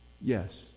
Yes